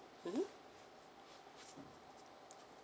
mmhmm